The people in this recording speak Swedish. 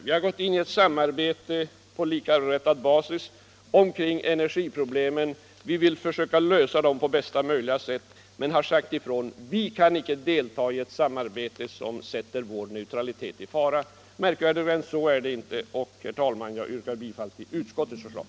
Vi har gått in i ett samarbete på likaberättigad basis i fråga om energiproblemen, som vi vill försöka lösa på bästa möjliga sätt. Men vi har sagt ifrån att vi inte kan delta i ett samarbete som utgör en fara för vår neutralitet. Märkvärdigare än så är det inte. Jag ber, herr talman, att få yrka bifall till utskottets förslag.